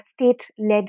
state-led